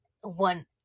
one